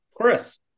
Chris